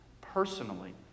personally